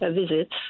visits